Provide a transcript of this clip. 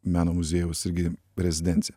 meno muziejaus irgi rezidencija